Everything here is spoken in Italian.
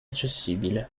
accessibile